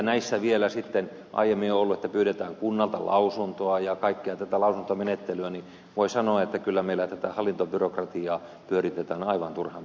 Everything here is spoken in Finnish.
kun vielä sitten aiemmin on ollut niin että pyydetään kunnalta lausuntoa ja on kaikkea tätä lausuntomenettelyä niin voin sanoa että kyllä meillä tätä hallintobyrokratiaa pyöritetään aivan turhan päiten